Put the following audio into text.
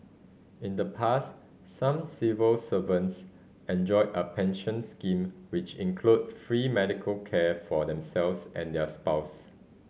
in the past some civil servants enjoyed a pension scheme which included free medical care for themselves and their spouse